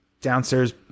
downstairs